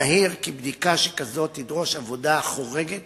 נהיר כי בדיקה שכזאת תדרוש עבודה החורגת